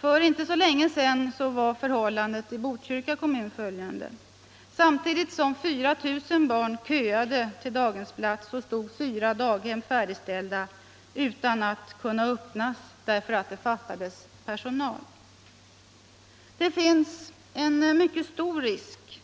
För inte så länge sedan var förhållandet i Botkyrka kommun följande. Samtidigt som 4 000 barn köade till daghemsplats, stod fyra daghem färdigställda utan att kunna öppnas därför att det fattades personal. Det finns en mycket stor risk